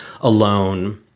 alone